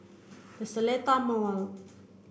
The Seletar Mall